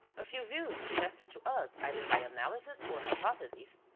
a few views suggested to us either by analysis or hypothesis,